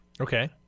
Okay